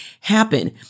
happen